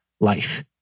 life